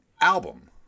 album